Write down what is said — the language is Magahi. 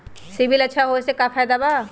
सिबिल अच्छा होऐ से का फायदा बा?